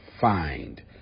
find